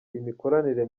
imikoranire